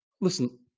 listen